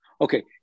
Okay